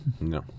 No